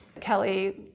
Kelly